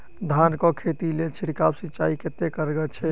धान कऽ खेती लेल छिड़काव सिंचाई कतेक कारगर छै?